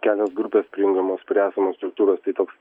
kelios grupės prijungiamos prie esamos struktūros tai toks